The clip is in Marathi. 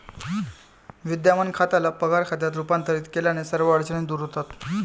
विद्यमान खात्याला पगार खात्यात रूपांतरित केल्याने सर्व अडचणी दूर होतात